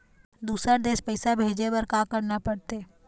दुसर देश पैसा भेजे बार का करना पड़ते?